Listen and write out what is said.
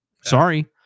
Sorry